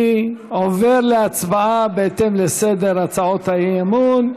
אני עובר להצבעה בהתאם לסדר הצעות האי- אמון.